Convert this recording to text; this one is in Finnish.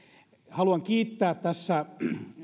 haluan kiittää tässä